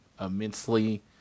immensely